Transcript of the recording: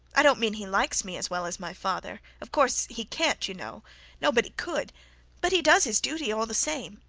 i don't mean he likes me as well as my father of course he can't, you know nobody could but he does his duty all the same.